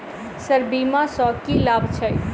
Sir बीमा सँ की लाभ छैय?